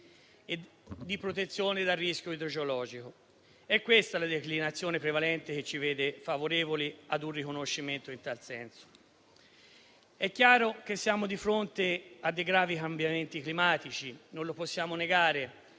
e di protezione dal rischio idrogeologico. È questa la declinazione prevalente che ci vede favorevoli ad un riconoscimento in tal senso. È chiaro che siamo di fronte a dei gravi cambiamenti climatici. Non lo possiamo negare: